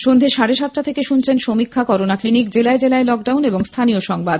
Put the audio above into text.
সন্ধ্যে সাড়ে সাতটা থেকে শুনছেন সমীক্ষা করোনা ক্লিনিক জেলায় জেলায় লকডাউন এবং স্থানীয় সংবাদ